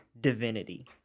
divinity